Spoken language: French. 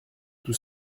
tout